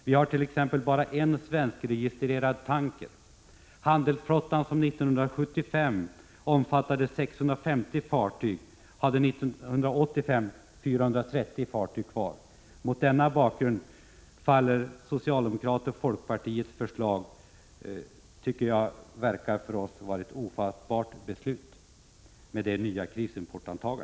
Vi hart.ex. bara en svenskregistrerad tanker. Handelsflottan, som 1975 omfattade 650 fartyg, hade 1985 endast 430 fartyg kvar. Mot denna bakgrund framstår ett beslut grundat på socialdemokraternas och folkpartiets förslag för oss som ofattbart.